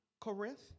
Corinth